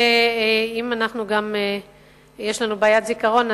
ואם יש לנו בעיית זיכרון,